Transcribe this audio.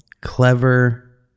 clever